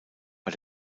war